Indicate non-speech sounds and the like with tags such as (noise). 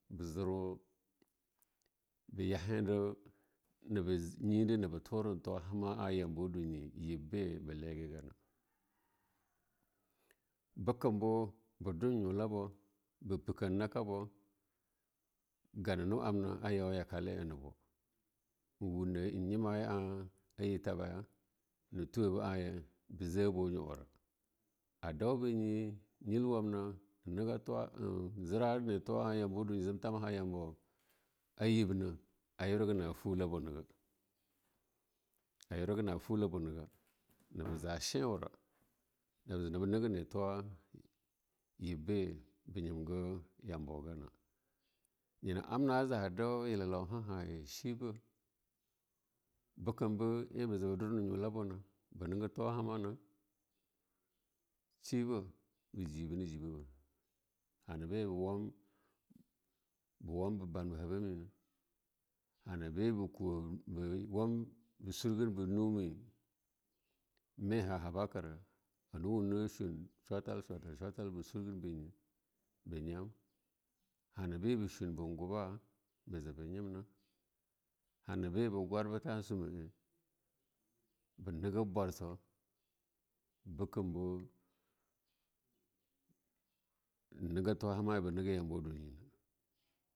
Ba girmo ba yahen dir nab nyide naba tura na tuwa hama a yambuwa dunye yibe ba hegegana. (noise) Bekam bo bo dwa nyo nabo, ba pekan nakabo, ganano a abna a yau yaka leme nabo. A wunaye en nyima'a yir tabaya, na tware ba yir tabaya ba je a nyearabo. A dau bunye myilwamna en naga tewa hama a yibna, in jira natuwa a yambo a yibna a yarega natwa binaga ayaraga na twa buna ga. Na ba za shewura naba je naba nega natuwa yibebe ba nyibge yambogana. Nyena abana aja adau yelellauhahaye, sheba bekam be en baje ba duna nyula la buna ba negen tuwa hama. She ba be jibi na jibaba, hana be ba wam ba baba habamina, ha na be ha kuwa ba wam ba surgen ba a numina, me ha habakira hana wuna shun chwafal-chiwatai-chauatal ba surbenye ba nam, hakabe ba shunbu na gaba'a ba namje ba jeba namna han be ba gurbe tan sumale be nagab bucar sama bekan be naga toma hama eh ba nega yambawa dunyine.